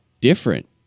different